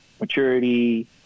maturity